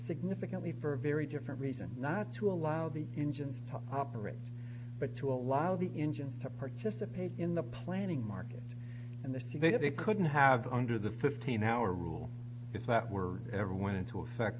significantly for a very different reason not to allow the engine to operate but to allow the engine to participate in the planning market in the survey that they couldn't have under the fifteen hour rule if that were ever went into effect